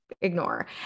ignore